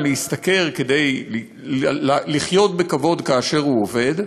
ישתכר כדי לחיות בכבוד כאשר הוא עובד.